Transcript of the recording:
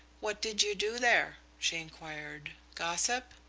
what did you do there? she enquired. gossip?